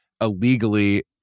illegally